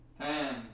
Ten